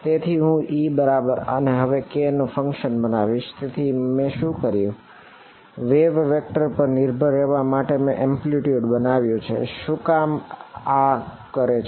તેથી હું E બરાબર આ ને હવે k નું ફંક્શન બનાવ્યું છે શું આ કામ કરે છે